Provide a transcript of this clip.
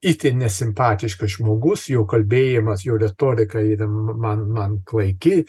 itin nesimpatiškas žmogus jo kalbėjimas jo retorika ir man man klaiki